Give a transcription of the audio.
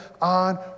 on